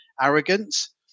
arrogance